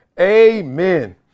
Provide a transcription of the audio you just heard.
Amen